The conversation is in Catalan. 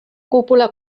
cúpula